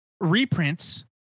reprints